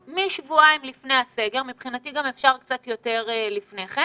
שבועיים לפני הסגר ואילך מבחינתי גם אפשר קצת לפני כן